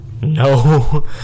No